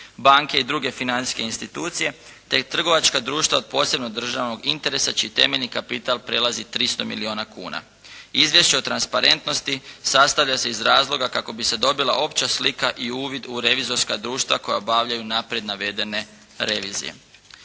banke i druge financijske institucije te trgovačka društva od posebnog državnog interesa čiji temeljni kapital prelazi 300 milijuna kuna. Izvješće o transparentnosti sastavlja se iz razloga kako bi se dobila opća slika i uvid u revizorska društva koja obavljaju unaprijed navedene revizije.